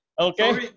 Okay